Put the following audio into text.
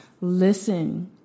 Listen